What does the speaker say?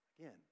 Again